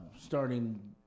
starting